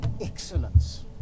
excellence